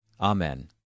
Amen